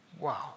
wow